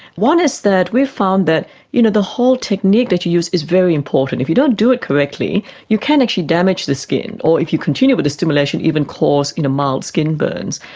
one is that we've found that you know the whole technique that you use is very important. if you don't do it correctly you can actually damage the skin. or if you continue with the stimulation even cause mild skin burns.